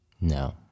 No